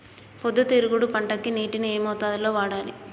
పొద్దుతిరుగుడు పంటకి నీటిని ఏ మోతాదు లో వాడాలి?